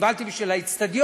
קיבלתי בשביל האצטדיון.